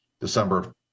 December